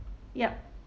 yup